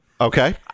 Okay